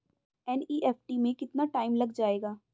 NEFT में कितना time लग जाएगा?